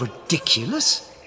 ridiculous